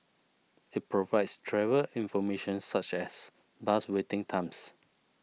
it provides travel information such as bus waiting times